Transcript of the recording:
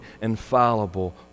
infallible